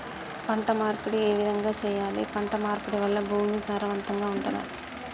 పంట మార్పిడి ఏ విధంగా చెయ్యాలి? పంట మార్పిడి వల్ల భూమి సారవంతంగా ఉంటదా?